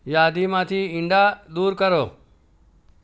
યાદીમાંથી ઈંડા દૂર કરો